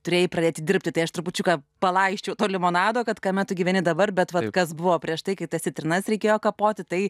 turėjai pradėti dirbti tai aš trupučiuką palaisčiau to limonado kad kame tu gyveni dabar bet va kas buvo prieš tai kai tas citrinas reikėjo kapoti tai